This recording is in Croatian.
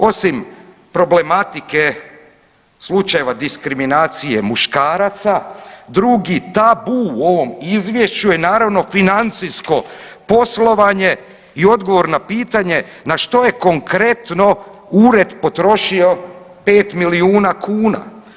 Osim problematike slučajeva diskriminacije muškaraca drugi tabu u ovom izvješću je naravno financijsko poslovanje i odgovor na pitanje na što je konkretno ured potrošio 5 milijuna kuna.